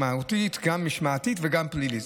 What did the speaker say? גם משמעתית וגם פלילית.